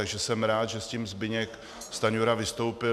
Takže jsem rád, že s tím Zbyněk Stanjura vystoupil.